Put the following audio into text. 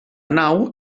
nau